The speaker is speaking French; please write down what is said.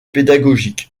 pédagogiques